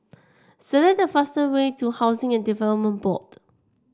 select the fastest way to Housing and Development Board